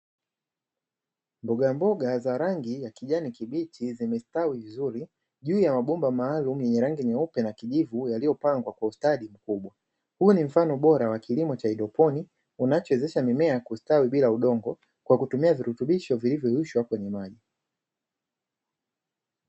Mbogamboga za rangi ya kijani kibichi zimestawi vizuri juu ya mabomba maalumu yenye rangi nyeupe na kijivu yaliyopangwa kwa ustadi mkubwa, huu ni mfano bora wa kilimo cha haidroponi unachoiwezesha mimea kustawi vizuri kwa kutumia virutubisho vilivyo yeyushwa kwenye maji.